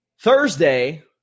Thursday